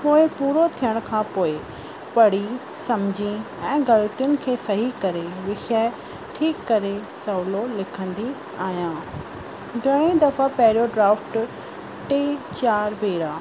पोए पूरो थियण खां पोए पढ़ी समुझी ऐं ग़ल्तियुनि खे सही करे विषय ठीकु करे सवलो लिखंदी आहियां घणई दफ़ा पहिरियों ड्राफ्ट टे चार भेरा